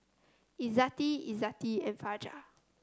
Izzati Izzati and Fajar